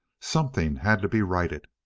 something had to be righted.